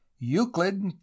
Euclid